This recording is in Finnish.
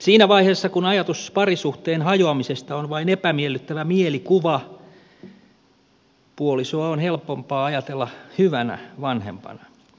siinä vaiheessa kun ajatus parisuhteen hajoamisesta on vain epämiellyttävä mielikuva puolisoa on helpompaa ajatella hyvänä vanhempana